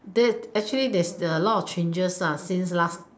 that actually there's a lot of changes since last